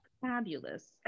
Fabulous